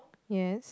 yes